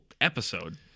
episode